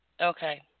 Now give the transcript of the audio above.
Okay